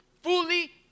Fully